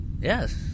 Yes